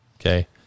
okay